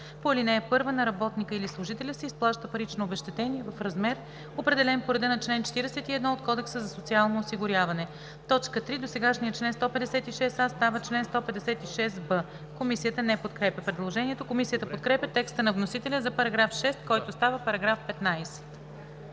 по ал. 1 на работника или служителя се изплаща парично обезщетение в размер, определен по реда на чл. 41 от Кодекса за социално осигуряване. 3. Досегашният чл. 156а става чл. 156б“. Комисията не подкрепя предложението. Комисията подкрепя текста на вносителя за § 6, който става § 15.